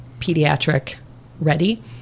pediatric-ready